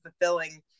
fulfilling